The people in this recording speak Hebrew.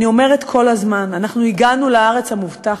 אני אומרת כל הזמן, אנחנו הגענו לארץ המובטחת,